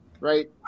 right